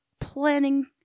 planning